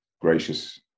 gracious